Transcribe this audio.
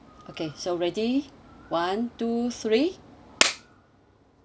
okay so ready one two three